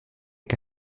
que